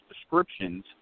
descriptions